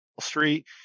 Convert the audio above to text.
Street